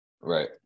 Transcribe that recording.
Right